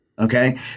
Okay